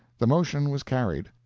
the motion was carried.